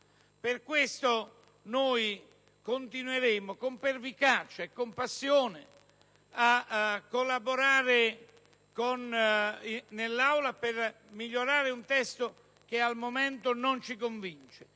Per questo continueremo con pervicacia e con passione a collaborare in quest'Aula per migliorare un testo che al momento non ci convince.